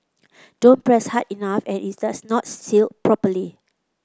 don't press hard enough and it does not seal properly